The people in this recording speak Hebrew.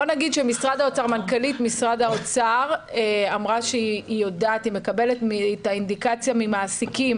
מנכ"לית משרד האוצר אמרה שהיא מקבלת אינדיקציה ממעסיקים